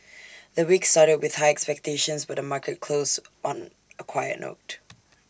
the week started with high expectations but the market closed on A quiet note